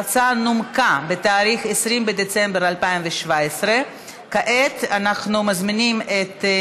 עברה בקריאה טרומית ועוברת לוועדת הפנים והגנת